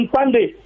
Sunday